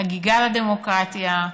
חגיגה לדמוקרטיה.